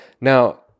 Now